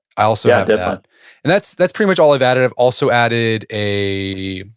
i also have that and that's that's pretty much all i've added. i've also added a,